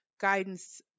guidance